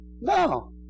No